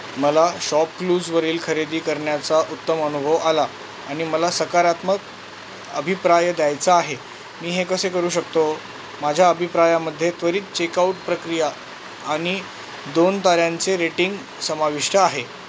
मला शॉपक्लूजवरील खरेदी करण्याचा उत्तम अनुभव आला आणि मला सकारात्मक अभिप्राय द्यायचा आहे मी हे कसे करू शकतो माझ्या अभिप्रायामध्ये त्वरित चेकआउट प्रक्रिया आणि दोन ताऱ्यांचे रेटिंग समाविष्ट आहे